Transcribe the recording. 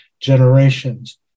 generations